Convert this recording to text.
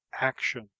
action